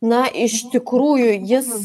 na iš tikrųjų jis